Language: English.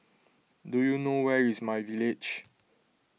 do you know where is MyVillage